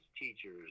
teachers